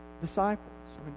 disciples